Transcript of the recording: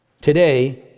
Today